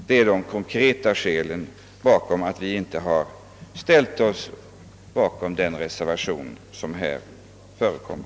Det är de konkreta skälen till att vi inte ställt oss bakom den reservation som här föreligger.